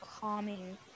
calming